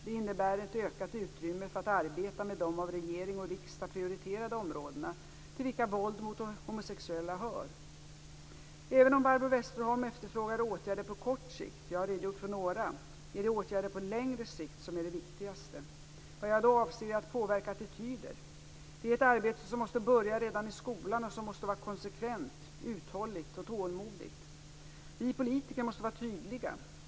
Det innebär ett ökat utrymme för att arbeta med de av regering och riksdag prioriterade områdena, till vilka våld mot homosexuella hör. Även om Barbro Westerholm efterfrågar åtgärder på kort sikt, jag har redogjort för några, är det åtgärder på längre sikt som är det viktigaste. Vad jag då avser är att påverka attityder. Det är ett arbete som måste börja redan i skolan och som måste vara konsekvent, uthålligt och tålmodigt. Vi politiker måste vara tydliga.